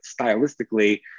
stylistically